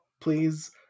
please